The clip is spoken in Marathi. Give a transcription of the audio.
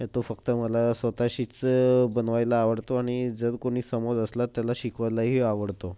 तो फक्त मला स्वत शीच बनवायला आवडतो आणि जर कोणी समोर असला त्याला शिकवायलाही आवडतो